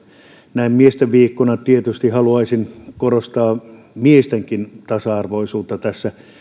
näin miesten viikkona tietysti haluaisin korostaa miestenkin tasa arvoisuutta tässä